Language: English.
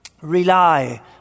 rely